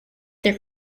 their